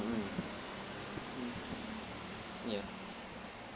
ya